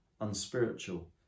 unspiritual